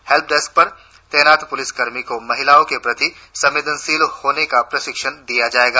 help desk पर तैनात पुलिसकर्मियों को महिलाओं के प्रति संवेदनशील होने का प्रशिक्षण दिया जाएगा